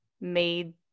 made